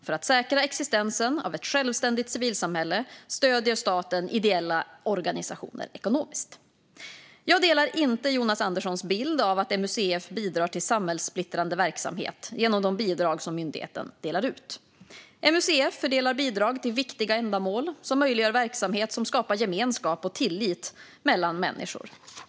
För att säkra existensen av ett självständigt civilsamhälle stöder staten ideella organisationer ekonomiskt. Jag delar inte Jonas Anderssons bild av att MUCF bidrar till samhällssplittrande verksamhet genom de bidrag som myndigheten delar ut. MUCF fördelar bidrag till viktiga ändamål som möjliggör verksamhet som skapar gemenskap och tillit mellan människor.